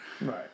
right